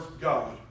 God